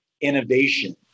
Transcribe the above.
innovation